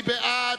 מי בעד?